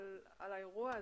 על האירוע הזה,